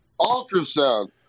Ultrasound